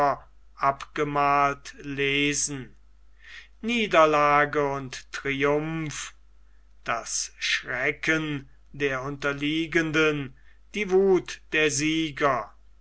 abgemalt lesen niederlage und triumph das schrecken der unterliegenden die wuth der sieger